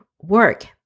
work